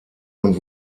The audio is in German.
und